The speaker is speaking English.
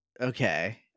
Okay